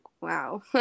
wow